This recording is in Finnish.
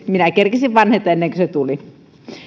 minä kerkesin vanheta ennen kuin se tuli